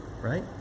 Right